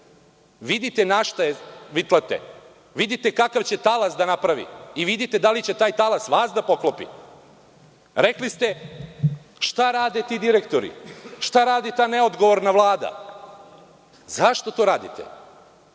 vidite na šta je vitlate. Vidite kakav će talas da napravi i vidite da li će taj talas vas da poklopi. Rekli ste – šta rade ti direktori, šta radi ta neodgovorna Vlada? Zašto to radite?